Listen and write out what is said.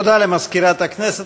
תודה למזכירת הכנסת.